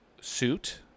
suit